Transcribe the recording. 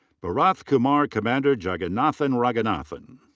bharathkumar comanurjagannathanraghunathan.